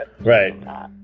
Right